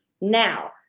now